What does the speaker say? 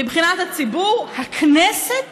מבחינת הציבור, הכנסת